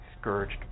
scourged